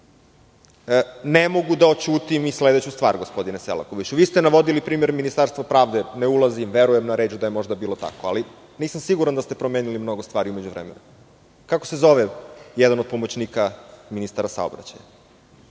Ne mogu da oćutim i sledeću stvar, gospodine Selakoviću, vi ste navodili primer Ministarstva pravde, ne ulazim i verujem na reč da je možda bilo tako, ali nisam siguran da ste promenili mnogo stvari u međuvremenu. Kako se zove jedan od pomoćnika ministra saobraćaja? Da